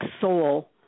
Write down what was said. soul